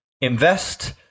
invest